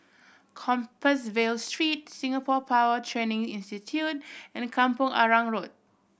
Compassvale Street Singapore Power Training Institute and Kampong Arang Road